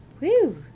Woo